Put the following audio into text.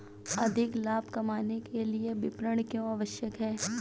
अधिक लाभ कमाने के लिए विपणन क्यो आवश्यक है?